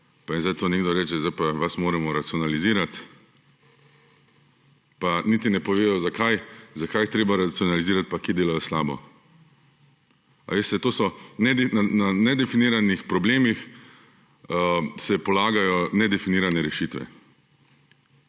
pa jim zdaj tu nekdo reče, zdaj pa vas moramo racionalizirati, pa niti ne povejo, zakaj jih je treba racionalizirati pa kje delajo slabo. Na nedefiniranih problemih se polagajo nedefinirane rešitve.